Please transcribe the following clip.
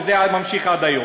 וזה נמשך עד היום,